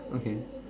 okay